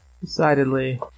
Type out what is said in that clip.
decidedly